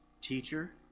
Teacher